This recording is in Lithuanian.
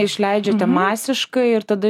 išleidžiate masiškai ir tada